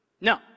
No